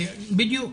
בדיוק.